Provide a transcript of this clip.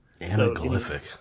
Anaglyphic